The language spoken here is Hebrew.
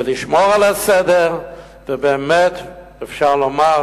ולשמור על הסדר, ובאמת אפשר לומר: